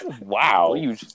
Wow